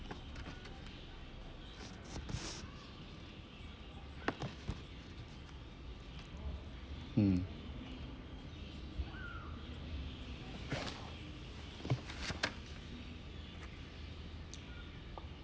mm